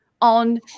on